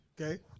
Okay